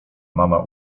mama